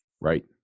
Right